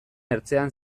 ertzean